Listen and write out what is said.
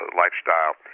lifestyle